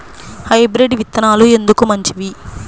Hybrid విత్తనాలు ఎందుకు మంచివి?